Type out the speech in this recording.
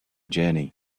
journey